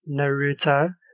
Naruto